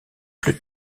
plus